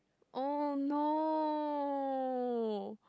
oh no